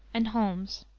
and holmes.